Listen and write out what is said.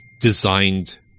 designed